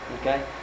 okay